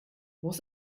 muss